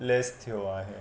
lace थियो आहे